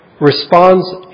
responds